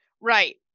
right